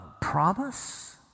promise